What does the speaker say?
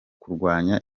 kurwanya